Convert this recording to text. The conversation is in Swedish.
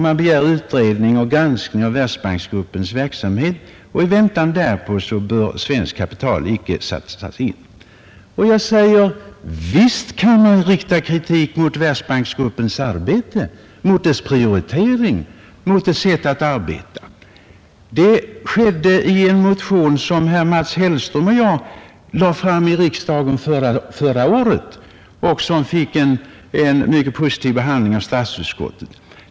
Man begär utredning och granskning av Världsbanksgruppens verksamhet, och i väntan därpå bör svenskt kapital inte satsas. Visst kan man rikta kritik mot Världsbanksgruppens arbete, mot dess prioritering och sätt att arbeta. Så skedde i en motion som herr Mats Hellström och jag lade fram i riksdagen förra året och som fick en mycket positiv behandling av statsutskottet.